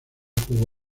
jugó